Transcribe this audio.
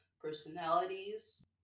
personalities